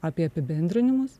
apie apibendrinimus